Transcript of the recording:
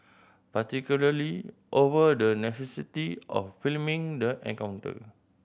particularly over the necessity of filming the encounter